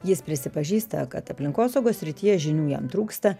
jis prisipažįsta kad aplinkosaugos srityje žinių jam trūksta